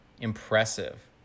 impressive